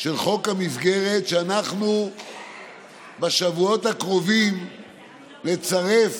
של חוק המסגרת, ואנחנו בשבועות הקרובים נצרף